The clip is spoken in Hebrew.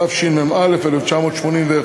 התשמ"א 1981,